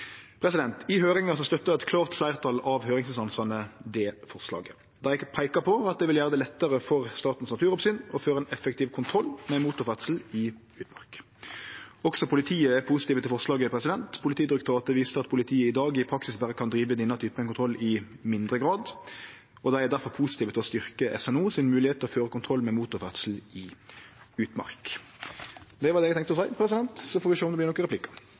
høyringsinstansane det forslaget. Dei peikar på at det vil gjere det lettare for Statens naturoppsyn å føre ein effektiv kontroll med motorferdsel i utmark. Også politiet er positive til forslaget. Politidirektoratet viser til at politiet i dag i praksis berre kan drive denne typen kontroll i mindre grad, og dei er difor positive til å styrkje SNO si moglegheit til å føre kontroll med motorferdsel i utmark. Det var det eg tenkte å seie – så får vi sjå om det vert nokre replikkar.